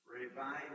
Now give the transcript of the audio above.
revive